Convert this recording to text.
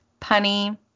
punny